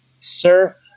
surf